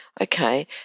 Okay